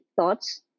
thoughts